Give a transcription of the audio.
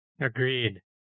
Agreed